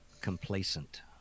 complacent